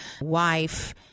wife